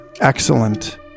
excellent